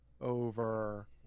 over